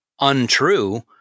untrue